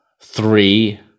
three